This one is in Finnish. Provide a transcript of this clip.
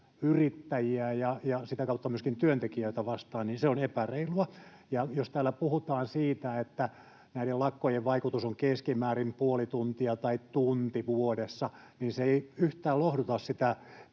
yrittäjiä ja sitä kautta myöskin työntekijöitä vastaan, on epäreilua. Ja jos täällä puhutaan siitä, että näiden lakkojen vaikutus on keskimäärin puoli tuntia tai tunti vuodessa, niin se ei yhtään lohduta sitä